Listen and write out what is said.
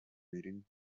reading